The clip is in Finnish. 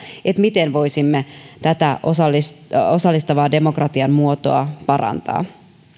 miten voisimme tätä osallistavan osallistavan demokratian muotoa parantaa